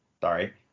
Sorry